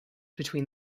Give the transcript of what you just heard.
between